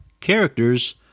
characters